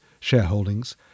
shareholdings